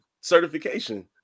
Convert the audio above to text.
certification